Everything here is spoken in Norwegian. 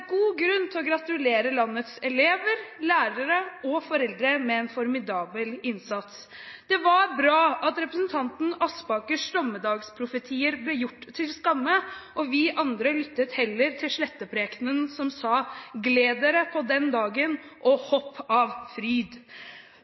god grunn til å gratulere landets elever, lærere og foreldre med en formidabel innsats. Det var bra at representanten Aspakers dommedagsprofetier ble gjort til skamme. Vi andre lyttet heller til Sletteprekenen, som sa: «Gled dere på den dagen og hopp av fryd.»